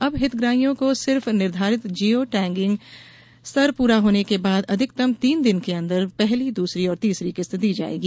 अब हितग्राहियों को सिर्फ निर्धारित जियो टेगिंग स्तर पूरा होने के बाद अधिकतम तीन दिन के अन्दर पहली दूसरी और तीसरी किस्त दी जाएगी